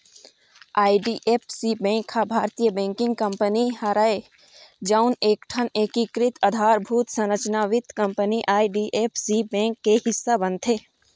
IDFC bank ह भारतीय banking company हरय जउन एकठन एकीकृत अधारभूत संरचना वित्त कंपनी आई.डी.एफ.सी बेंक के हिस्सा बनथे